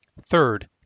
Third